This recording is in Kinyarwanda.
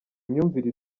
imyumvire